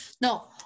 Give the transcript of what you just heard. No